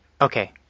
Okay